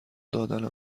دادن